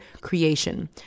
creation